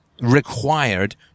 required